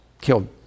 killed